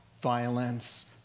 violence